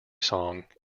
song